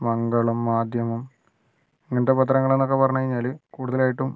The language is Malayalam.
മംഗളം മാധ്യമം ഇങ്ങനത്തെ പത്രങ്ങളെന്നൊക്കെ പറഞ്ഞാൽ കൂടുതലായിട്ടും